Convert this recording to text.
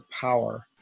power